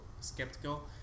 skeptical